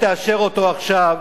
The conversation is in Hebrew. תאשר עכשיו,